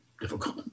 difficult